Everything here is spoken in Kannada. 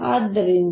ಆದ್ದರಿಂದ ಇದು ds¹